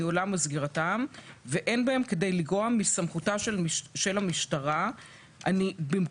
ניהולם או סגירתם ואין בהם כדי לגרוע מסמכותה של המשטרה וכאן השינוי,